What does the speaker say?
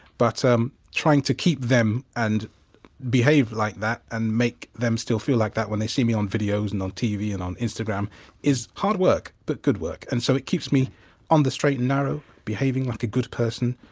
but um trying to keep them and behave like that and make them still fell like that when they see me on videos and on tv and on instagram is hard work but good work. and so, it keeps me on the straight and narrow, behaving like a good person,